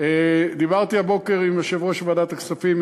דיברתי הבוקר עם יושב-ראש ועדת הכספים,